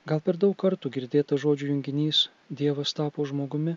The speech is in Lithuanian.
gal per daug kartų girdėtas žodžių junginys dievas tapo žmogumi